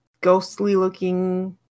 ghostly-looking